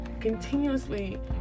continuously